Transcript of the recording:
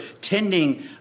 tending